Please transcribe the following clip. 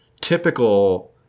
typical